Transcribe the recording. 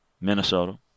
Minnesota